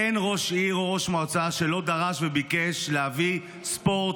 אין ראש עיר או ראש מועצה שלא דרש וביקש להביא ספורט,